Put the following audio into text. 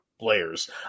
players